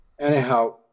Anyhow